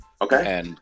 Okay